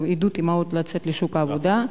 בעידוד אמהות לצאת לשוק העבודה.